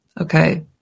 Okay